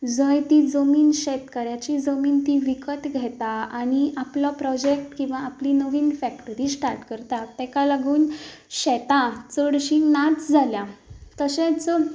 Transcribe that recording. जंय तीं जमीन शेतकऱ्याची जमीन तीं विकत घेता आनी आपलो प्रॉजॅक्ट किंवा आपली नवीन फॅक्टरी स्टार्ट करतात ताका लागून शेतां चडशीं ना जाल्यां तशेंच